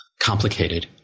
complicated